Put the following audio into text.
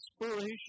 inspiration